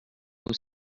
who